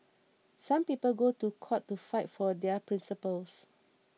some people go to court to fight for their principles